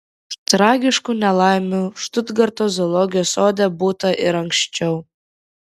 tragiškų nelaimių štutgarto zoologijos sode būta ir anksčiau